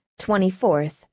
24th